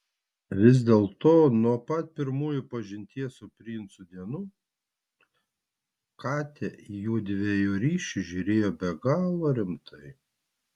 vis dėlto nuo pat pirmųjų pažinties su princu dienų kate į jųdviejų ryšį žiūrėjo be galo rimtai